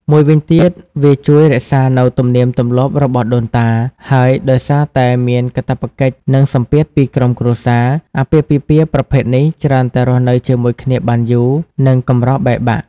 មួយវិញទៀត វាជួយរក្សានូវទំនៀមទម្លាប់របស់ដូនតា ហើយដោយសារតែមានកាតព្វកិច្ច និងសម្ពាធពីក្រុមគ្រួសារ អាពាហ៍ពិពាហ៍ប្រភេទនេះច្រើនតែរស់នៅជាមួយគ្នាបានយូរ និងកម្របែកបាក់។